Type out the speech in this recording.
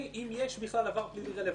על אם יש בכלל עבר פלילי רלוונטי.